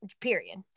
period